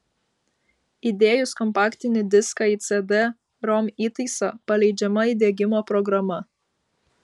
įdėjus kompaktinį diską į cd rom įtaisą paleidžiama įdiegimo programa